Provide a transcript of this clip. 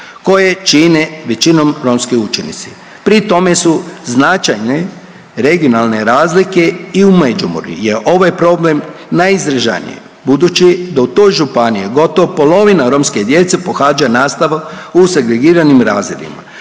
koje čine većinom romski učenici. Pri tome su značajne regionalne razlike i u Međimurju je ovaj problem najizraženiji budući da u toj županiji gotovo polovina romske djece pohađa nastavu u segregiranim razredima